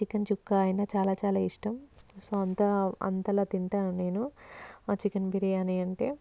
chicken tikka అయినా చాలా చాలా ఇష్టం సో అంత అంతగా తింటాను నేను ఆ చికెన్ బిర్యానీ అంటే